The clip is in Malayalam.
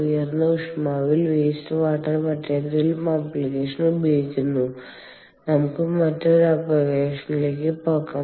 ഉയർന്ന ഊഷ്മാവിൽ വേസ്റ്റ് വാട്ടർ മറ്റേതെങ്കിലും ആപ്ലിക്കേഷന് ഉപയോഗിക്കുന്നു നമുക്ക് മറ്റൊരു ആപ്ലിക്കേഷനിലേക്ക് പോകാം